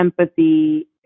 empathy